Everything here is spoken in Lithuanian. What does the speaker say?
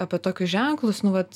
apie tokius ženklus nu vat